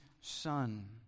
Son